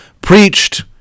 preached